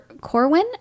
Corwin